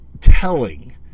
telling